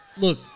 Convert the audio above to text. Look